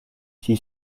she